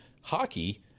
Hockey